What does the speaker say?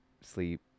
sleep